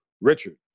Richard